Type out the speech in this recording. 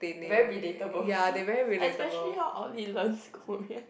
very relatable also especially how all he learns is Korean